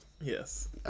yes